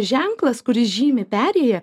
ženklas kuris žymi perėją